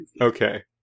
Okay